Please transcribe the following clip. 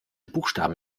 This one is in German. buchstaben